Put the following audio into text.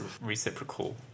reciprocal